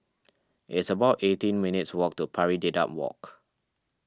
it's about eighteen minutes' walk to Pari Dedap Walk